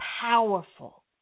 powerful